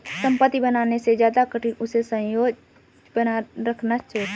संपत्ति बनाने से ज्यादा कठिन उसे संजोए रखना होता है